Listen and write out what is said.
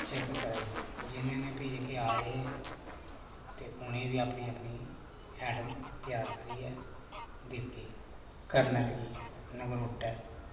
check कराई ते ते भी जेह्के आए दे हे ते उनेंगी बी अपनी अपनी आइटम त्यार करियै दित्ती ते करना लग्गी नगरोटै